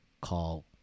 call